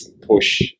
push